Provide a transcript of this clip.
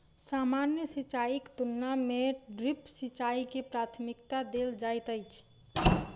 सामान्य सिंचाईक तुलना मे ड्रिप सिंचाई के प्राथमिकता देल जाइत अछि